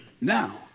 Now